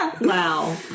Wow